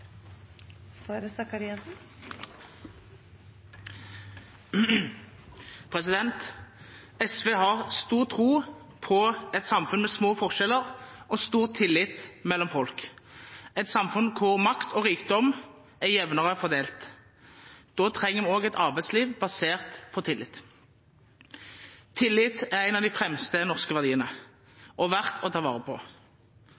SV har stor tro på et samfunn med små forskjeller og stor tillit mellom folk – et samfunn hvor makt og rikdom er jevnere fordelt. Da trenger vi også et arbeidsliv basert på tillit. Tillit er en av de fremste norske verdiene